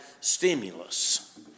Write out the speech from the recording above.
stimulus